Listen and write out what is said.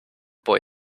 boy